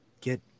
get